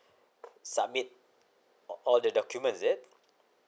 submit all the documents is it